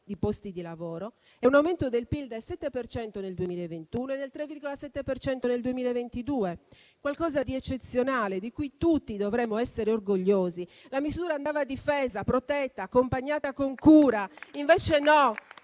di posti di lavoro e un aumento del PIL del 7 per cento nel 2021 e del 3,7 per cento nel 2022; qualcosa di eccezionale, di cui tutti dovremmo essere orgogliosi. La misura andava difesa, protetta e accompagnata con cura.